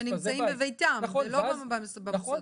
שנמצאים בביתם ולא במוסדות.